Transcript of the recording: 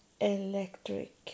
electric